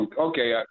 Okay